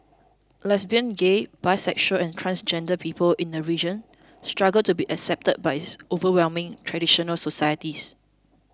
lesbian gay bisexual and transgender people in the region struggle to be accepted by its overwhelming traditional societies